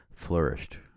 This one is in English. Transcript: flourished